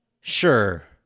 Sure